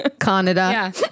Canada